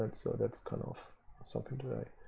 so that's kind of something to do.